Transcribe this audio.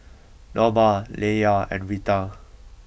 Norma Laylah and Rita